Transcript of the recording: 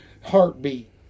heartbeat